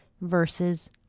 versus